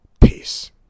Peace